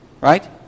Right